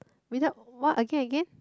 without what again again